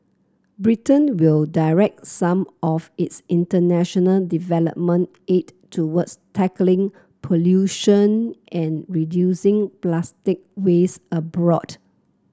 Britain will direct some of its international development aid towards tackling pollution and reducing plastic waste abroad